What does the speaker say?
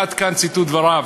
עד כאן ציטוט דבריו.